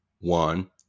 one